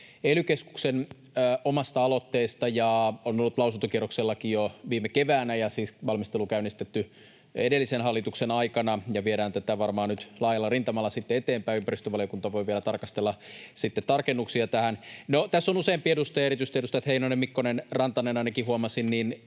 ely-keskuksen omasta aloitteesta ja on ollut lausuntokierroksellakin jo viime keväänä. Siis valmistelu on käynnistetty edellisen hallituksen aikana, ja viedään tätä varmaan nyt laajalla rintamalla eteenpäin. Ympäristövaliokunta voi vielä tarkastella sitten tarkennuksia tähän. No, tässä on useampi edustaja — erityisesti edustajat Heinonen, Mikkonen, Rantanen, ainakin heidät